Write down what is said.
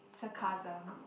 sacarsm